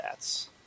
stats